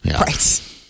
Right